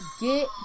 get